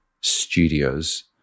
studios